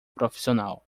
profissional